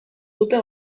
dute